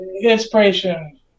inspiration